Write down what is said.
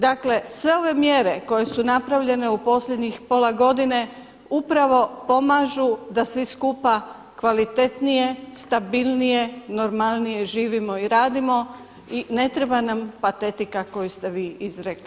Dakle, sve ove mjere koje su napravljene u posljednjih pola godine upravo pomažu da svi skupa kvalitetnije, stabilnije, normalnije živimo i radimo i ne treba nam patetika koju ste vi izrekli.